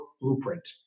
Blueprint